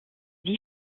dix